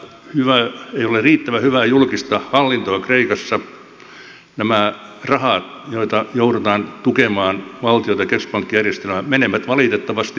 niin kauan kuin ei ole riittävän hyvää julkista hallintoa kreikassa nämä rahat joilla joudutaan tukemaan valtiota keskuspankkijärjestelmää menevät valitettavasti mustaan aukkoon